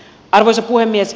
arvoisa puhemies